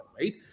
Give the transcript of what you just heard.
right